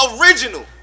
Original